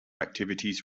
activities